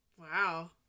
Wow